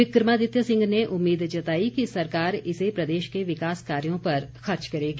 विक्रमादित्य सिंह ने उम्मीद जताई कि सरकार इसे प्रदेश के विकास कार्यों पर खर्च करेगी